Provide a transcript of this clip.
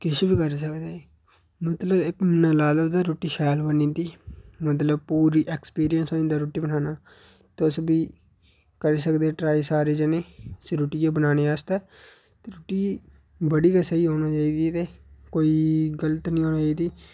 किश बी करी सकदे मतलब इक बंदा लाये दा होऐ तां रुट्टी शैल बनी जंदी मतलब पूरा एक्सपीरियंस होई जंदा रुट्टी बनाने दा ते तुस बी करी सकदे ओ ट्राई सारे जनें इसी रुट्टियै ई बनाने आस्तै ते रुट्टी बड़ी गै स्हेई होना चाहिदी ते कोई गलत निं होऐ ते